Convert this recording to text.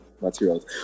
materials